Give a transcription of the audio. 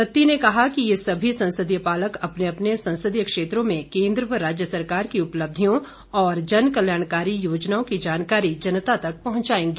सत्ती ने कहा कि ये सभी संसदीय पालक अपने अपने संसदीय क्षेत्रों में केन्द्र व राज्य सरकार की उपलब्धियों और जन कल्याणकारी योजनाओं की जानकारी जनता तक पहुंचाएंगे